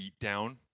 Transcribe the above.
beatdown